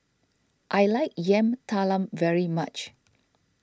I like Yam Talam very much